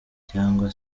cyangwa